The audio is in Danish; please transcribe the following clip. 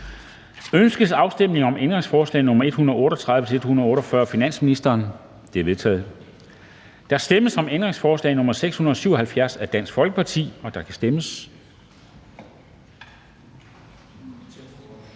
Ønskes afstemning om ændringsforslag nr. 179-195 af finansministeren? De er vedtaget. Der stemmes om ændringsforslag nr. 640 af V, og der kan stemmes.